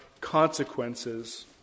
consequences